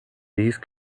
these